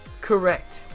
Correct